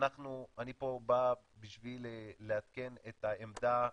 אני פה בא בשביל לעדכן את העמדה שלנו,